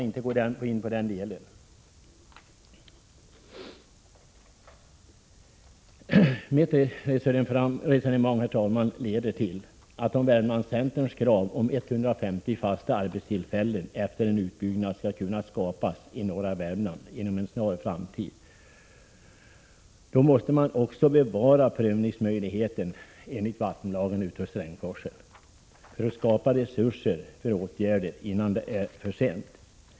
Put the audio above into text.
Mitt resonemang, herr talman, leder fram till att om Värmlandscenterns krav på 150 fasta arbetstillfällen i norra Värmland efter en utbyggnad skall kunna tillgodoses inom en snar framtid, måste prövningsmöjligheten enligt vattenlagen bevaras. Det gäller att skapa resurser för en utbyggnad av Strängsforsen innan det är för sent.